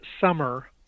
summer